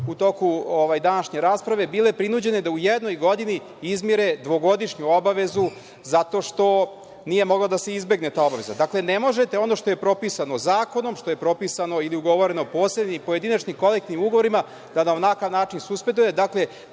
u toku današnje rasprave, bili prinuđeni da u jednoj godini izmire dvogodišnju obavezu zato što nije mogla da se izbegne ta obaveza. Dakle, ne možete ono što je propisano zakonom, što je propisano ili ugovoreno posebnim, pojedinačnim, kolektivnim ugovorima da na takav način suspendujete.